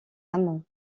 amant